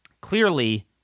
clearly